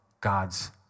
God's